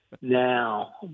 now